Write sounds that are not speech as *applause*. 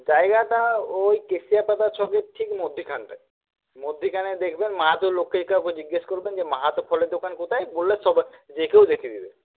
জায়গাটা ওই কেশিয়াপাতা ছকের ঠিক মধ্যিখানটায় মধ্যিখানে দেখবেন মাহাতো লোককে কাউকে জিজ্ঞেস করবেন যে মাহাতো ফলের দোকান কোথায় বললে *unintelligible* যে কেউ দেখিয়ে দেবে